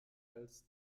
als